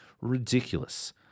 Ridiculous